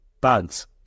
bugs